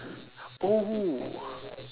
oh